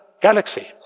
galaxy